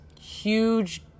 huge